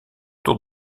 tour